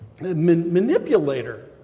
manipulator